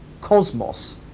cosmos